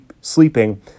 sleeping